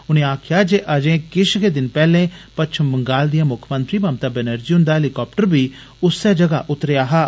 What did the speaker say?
उनें गलाया जे अजें किष गै दिन पेहले पच्छम बंगाल दियां मुक्खमंत्री ममता बैनर्जी हुन्दा हैलीकाप्टर बी उस्सै जगहा उतरेआ हा